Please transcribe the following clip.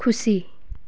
खुसी